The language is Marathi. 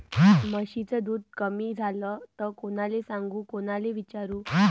म्हशीचं दूध कमी झालं त कोनाले सांगू कोनाले विचारू?